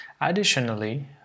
Additionally